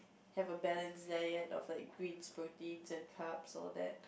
have a balanced diet of like greens proteins and carbs all that